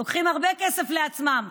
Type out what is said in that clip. לוקחים הרבה כסף לעצמם.